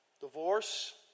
Divorce